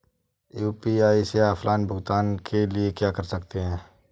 UPI से offline भुगतान के लिए क्या कर सकते हैं?